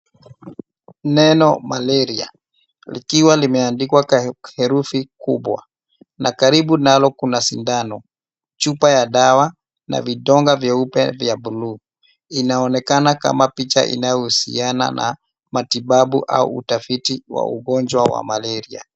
Neno malaria likiwa limeandikwa kwa herufi kubwa na karibu nalo kuna sindano. Chupa ya dawa na vitonga vyeupe vya buluu. Inaonekana kama picha inayohusiana na matibabu au utafiti wa ugonjwa wa malaria.